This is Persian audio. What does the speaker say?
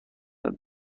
درد